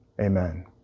Amen